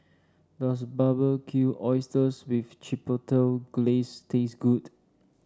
does Barbecued Oysters with Chipotle Glaze taste good